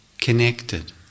connected